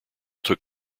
took